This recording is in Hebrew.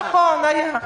נכון, היה.